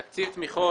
תקציב התמיכות,